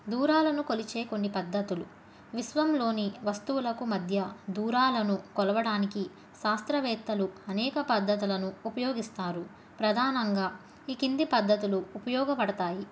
దూరాలను కొలిచే కొన్ని పద్ధతులు విశ్వంలోని వస్తువులకు మధ్య దూరాలను కొలవడానికి శాస్త్రవేత్తలు అనేక పద్ధతులను ఉపయోగిస్తారు ప్రధానంగా ఈ కింది పద్ధతులు ఉపయోగపడతాయి